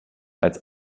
als